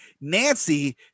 Nancy